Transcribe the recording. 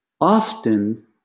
Often